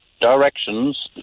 directions